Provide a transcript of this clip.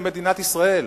למדינת ישראל.